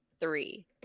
three